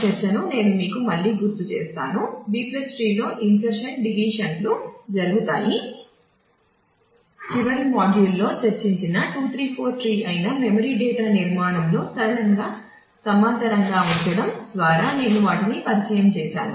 చివరి మాడ్యూల్లో చర్చించిన 2 3 4 ట్రీ అయిన మెమరీ డేటా నిర్మాణంలో సరళంగా సమాంతరంగా ఉంచడం ద్వారా నేను వాటిని పరిచయం చేసాను